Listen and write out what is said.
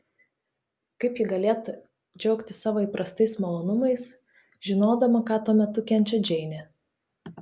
kaip ji galėtų džiaugtis savo įprastais malonumais žinodama ką tuo metu kenčia džeinė